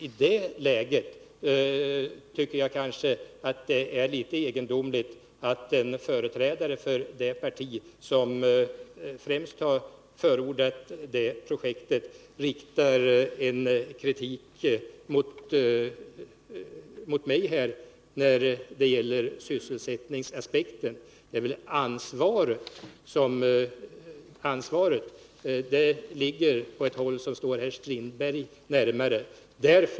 I det läget tycker jag att det är litet egendomligt att en företrädare för det parti som främst har förordat det projektet riktar kritik mot mig. Ansvaret ligger på ett håll som står herr Strindberg närmare.